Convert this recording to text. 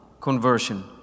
conversion